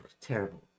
Terrible